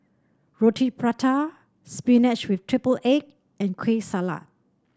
Roti Prata spinach with triple egg and Kueh Salat